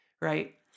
right